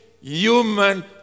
human